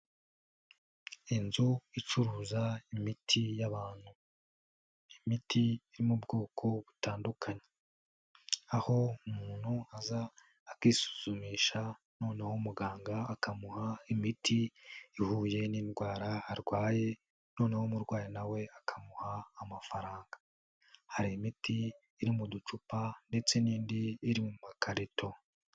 Inzu icuruza imiti y'abantu, imiti yo mu bwoko butandukanye, aho umuntu aza akisuzumisha, noneho muganga akamuha imiti ihuye n'indwara arwaye noneho umurwayi nawe akamuha amafaranga. Hari imiti iri mu ducupa, ndetse n'indi iri mu makarito.